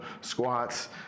squats